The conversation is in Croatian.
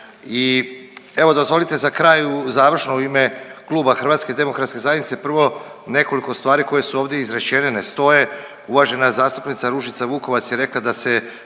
i evo dozvolite za kraj završno u ime Kluba HDZ-a prvo nekoliko stvari koje su ovdje izrečene ne stoje. Uvažena zastupnica Ružica Vukovac je rekla da se